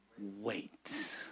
wait